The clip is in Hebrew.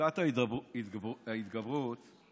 פסקת ההתגברות היא